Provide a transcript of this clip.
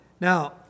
Now